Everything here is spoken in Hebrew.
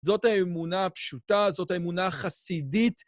זאת האמונה הפשוטה, זאת האמונה החסידית.